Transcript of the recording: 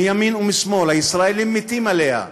מימין ומשמאל, הישראלים מתים עליה,